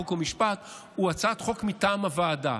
חוק ומשפט הוא הצעת חוק מטעם הוועדה.